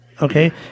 Okay